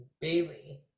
Bailey